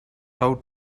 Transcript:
how